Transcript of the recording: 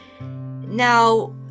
Now